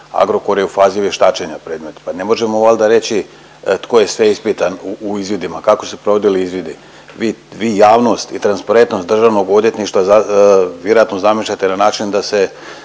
Agrokor je u fazi vještačenja predmeta, pa ne možemo valjda reći tko je sve ispitan u izvidima, kako su se provodili izvidi. Vi, vi javnost i transparentnost državnog odvjetništva vjerojatno zamišljate na način da se,